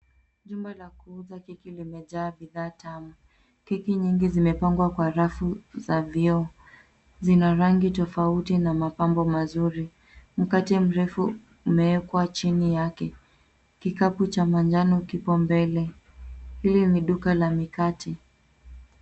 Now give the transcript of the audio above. Jumba la kuuza keki limejaa bidhaa tamu. Keki nyingi zimepangwa kwenye rafu za vioo. Zina rangi tofauti na mapambo mazuri. Mkate mrefu umewekwa chini yake. Kikapu cha manjano kipo mbele. Hili ni duka la mikate.